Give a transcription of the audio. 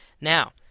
Now